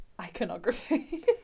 iconography